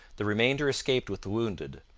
the remainder escaped with the wounded.